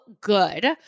good